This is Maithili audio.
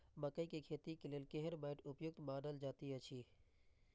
मकैय के खेती के लेल केहन मैट उपयुक्त मानल जाति अछि?